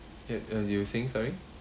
uh uh you were saying sorry